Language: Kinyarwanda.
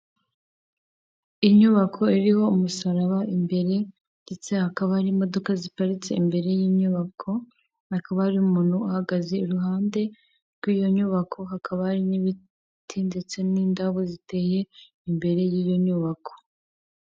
Inyubako iriho umusaraba imbere ndetse hakaba hari imodoka ziparitse imbere y'inyubako, hakaba hari umuntu uhagaze iruhande rw'iyo nyubako, hakaba hari n'ibiti ndetse n'indabo ziteye imbere y'iyo nyubako.